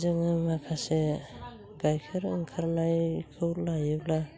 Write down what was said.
जोङो माखासे गायखेर ओंखारनायखौ लायोब्ला